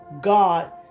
God